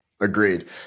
Agreed